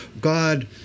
God